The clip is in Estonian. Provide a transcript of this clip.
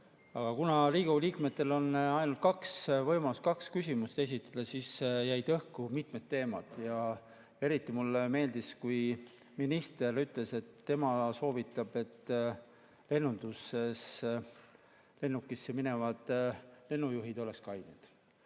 aga kuna Riigikogu liikmetel on ainult kaks võimalust küsimust esitada, siis jäid õhku mitmed teemad. Eriti mulle meeldis, kui minister ütles, et tema soovitab, et lennukisse minevad [lendurid] oleksid kained.